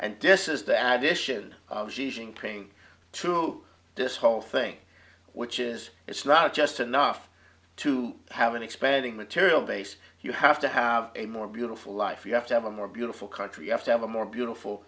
and disses the admission of praying to this whole thing which is it's not just enough to have an expanding material base you have to have a more beautiful life you have to have a more beautiful country you have to have a more beautiful